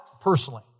personally